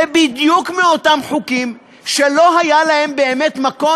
זה בדיוק מאותם חוקים שלא היה להם באמת מקום